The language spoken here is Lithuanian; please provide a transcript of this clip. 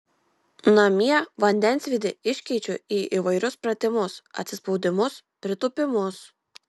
namie vandensvydį iškeičiu į įvairius pratimus atsispaudimus pritūpimus